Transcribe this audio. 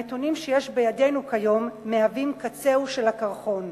הנתונים שיש בידינו כיום מהווים קצהו של הקרחון.